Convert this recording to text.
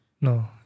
No